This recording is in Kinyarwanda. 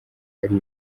ari